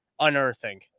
unearthing